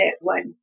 one